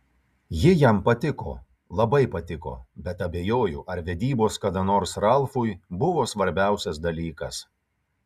ji jam patiko labai patiko bet abejoju ar vedybos kada nors ralfui buvo svarbiausias dalykas